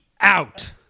out